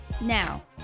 Now